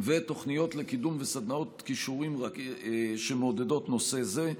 תוכניות קידום וסדנאות שמעודדות נושא זה.